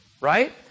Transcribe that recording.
right